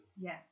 Yes